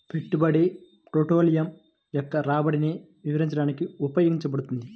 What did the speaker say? పెట్టుబడి పోర్ట్ఫోలియో యొక్క రాబడిని వివరించడానికి ఉపయోగించబడుతుంది